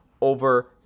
over